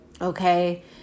Okay